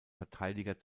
verteidiger